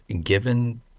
given